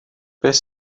beth